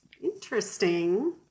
Interesting